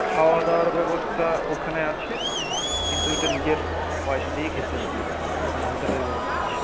খাওয়া দাওয়ার ব্যবস্থা ওখানে আছে কিন্তু ওটা নিজের পয়সা দিয়েই খেতে হবে ওখানে হোটেলের ব্যবস্থা আছে